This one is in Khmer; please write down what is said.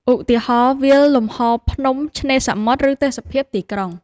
ឧទាហរណ៍ វាលលំហ ភ្នំ ឆ្នេរសមុទ្រ ឬទេសភាពទីក្រុង។